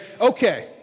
Okay